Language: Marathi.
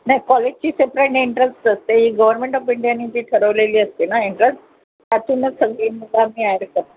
नाई कॉलेजची सेपरेट एंट्रन्स नसते ही गव्हर्मेंट ऑफ इंडियाने जी ठरवलेली असते ना एंट्रन्स त्यातूनच सगळी मुलं आम्ही ॲड करतो